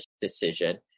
decision